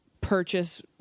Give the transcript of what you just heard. purchase